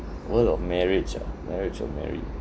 world of marriage ah marriage or married